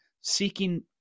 seeking